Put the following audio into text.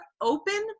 open